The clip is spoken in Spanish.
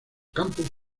campus